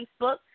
Facebook